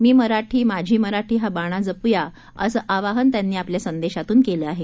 मी मराठी माझी मराठी हा बाणा जपूया असं आवाहन त्यांनी आपल्या संदेशातून केला आहे